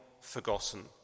forgotten